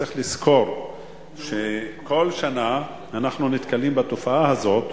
צריך לזכור שכל שנה אנחנו נתקלים בתופעה הזאת,